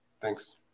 Thanks